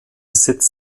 sitz